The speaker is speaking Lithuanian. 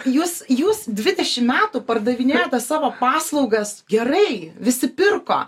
jūs jūs dvidešimt metų pardavinėjat tas savo paslaugas gerai visi pirko